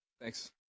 Thanks